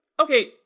Okay